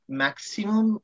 maximum